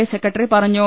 A secretary പറഞ്ഞു